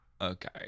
Okay